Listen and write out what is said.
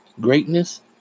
greatness